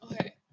Okay